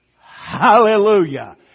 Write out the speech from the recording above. Hallelujah